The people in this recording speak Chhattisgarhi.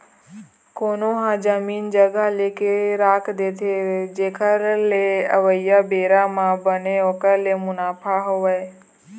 कोनो ह जमीन जघा लेके रख देथे जेखर ले अवइया बेरा म बने ओखर ले मुनाफा होवय